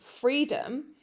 freedom